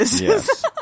yes